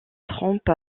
trompe